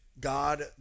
God